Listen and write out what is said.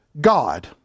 God